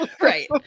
Right